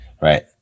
Right